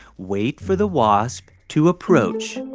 wait for the wasp to approach.